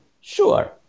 Sure